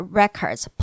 records